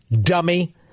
dummy